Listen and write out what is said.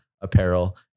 apparel